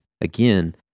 again